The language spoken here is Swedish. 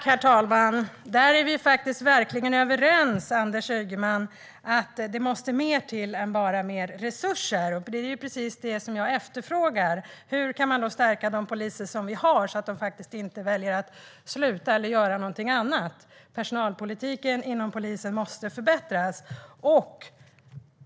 Herr talman! Där är vi faktiskt verkligen överens, Anders Ygeman. Det måste mer till än bara ökade resurser. Det är precis det som jag efterfrågar. Hur kan man då stärka de poliser som vi har så att de inte väljer att sluta eller göra någonting annat? Personalpolitiken inom polisen måste förbättras.